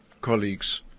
colleagues